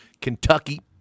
Kentucky